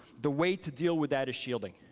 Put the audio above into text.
the way to deal with that is shielding.